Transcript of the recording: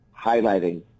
highlighting